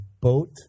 boat